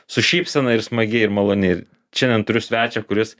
su šypsena ir smagi ir maloni ir šiandien turiu svečią kuris